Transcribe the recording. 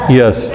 yes